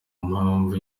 mpamvu